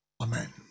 Amen